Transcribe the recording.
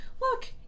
look